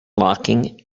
locking